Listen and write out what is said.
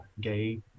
gay